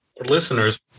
listeners